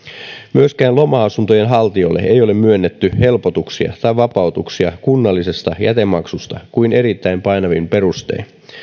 myöskään loma asuntojen haltijoille ei ole myönnetty helpotuksia tai vapautuksia kunnallisesta jätemaksusta kuin erittäin painavin perustein